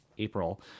April